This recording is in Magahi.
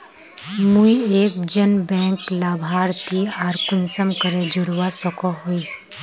मुई एक जन बैंक लाभारती आर कुंसम करे जोड़वा सकोहो ही?